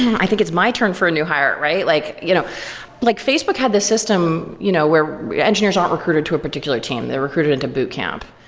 i think it's my turn for a new hire, right? like you know like facebook had this system you know where engineers not recruited to a particular team. they're recruited into boot camp.